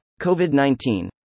COVID-19